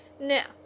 Now